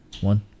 One